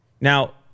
Now